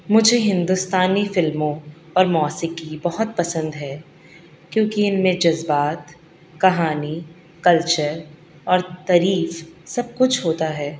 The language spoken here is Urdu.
مجھے ہندوستانی فلموں اور موسیقی بہت پسند ہے کیونکہ ان میں جذبات کہانی کلچر اور تعریف سب کچھ ہوتا ہے